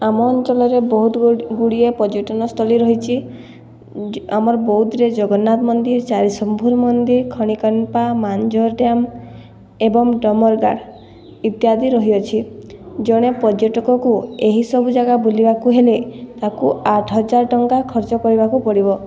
ଆମ ଅଞ୍ଚଳରେ ବହୁତ ବହୁତ ଗୁଡ଼ିଏ ପର୍ଯ୍ୟଟନସ୍ଥଳୀ ରହିଛି ଆମର ବୌଦ୍ଧରେ ଜଗନ୍ନାଥ ମନ୍ଦିର ଚାରିସମ୍ଭୁ ମନ୍ଦିର ଖଣିକମ୍ପା ମାଣଝର ଡ୍ୟାମ୍ ଏବଂ ଡମର୍ଦା ଇତ୍ୟାଦି ରହିଅଛି ଜଣେ ପର୍ଯ୍ୟଟକକୁ ଏହିସବୁ ଜାଗା ବୁଲିବାକୁ ହେଲେ ତାକୁ ଆଠହଜାର ଟଙ୍କା ଖର୍ଚ୍ଚ କରିବାକୁ ପଡ଼ିବ